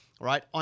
right